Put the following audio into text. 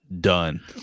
Done